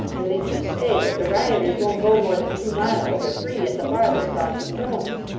and they do say that the rioters won't go more than two miles, or three at the farthest, off the stones.